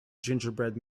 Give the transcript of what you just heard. gingerbread